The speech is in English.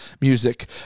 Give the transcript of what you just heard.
Music